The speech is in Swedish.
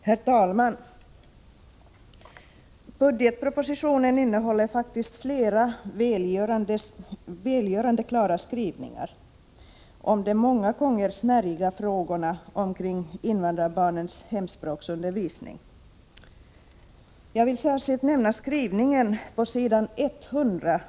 Herr talman! Budgetpropositionen innehåller faktiskt flera välgörande klara skrivningar om de många gånger snärjiga frågorna omkring invandrarbarnens hemspråksundervisning. Jag vill särskilt nämna skrivningen på s. 100 i bil.